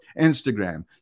Instagram